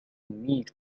meet